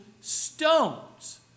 stones